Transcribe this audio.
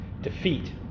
defeat